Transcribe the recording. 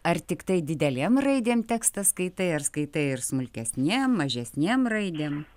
ar tiktai didelėm raidėm tekstą skaitai ar skaitai ir smulkesnėm mažesnėm raidėm